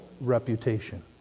reputation